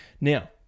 Now